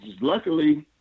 luckily